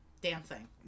Dancing